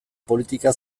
politika